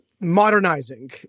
modernizing